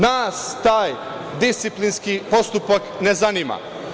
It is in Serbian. Nas taj disciplinski postupak ne zanima.